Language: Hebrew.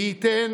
מי ייתן